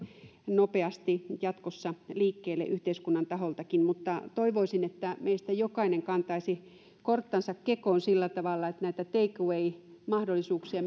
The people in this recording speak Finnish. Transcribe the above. nopeasti jatkossa liikkeelle yhteiskunnan taholtakin mutta toivoisin että meistä jokainen kantaisi korttansa kekoon sillä tavalla että näitä take away mahdollisuuksia